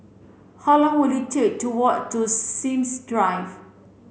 how long will it take to walk to Sims Drive